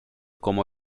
como